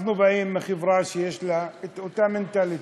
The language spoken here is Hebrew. אנחנו באים מחברה שיש לה את אותה מנטליות,